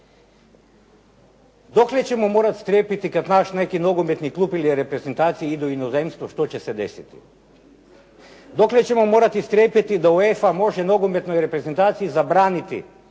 Dokle ćemo morati strepiti kad naš neki nogometni klub ili reprezentacija idu u inozemstvo, što će se desiti? Dokle ćemo morati strepiti da UEFA može nogometnoj reprezentaciji zabraniti